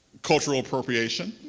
cultural appropriation.